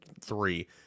three